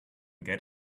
get